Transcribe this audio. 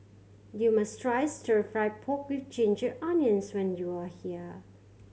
you must try Stir Fried Pork With Ginger Onions when you are here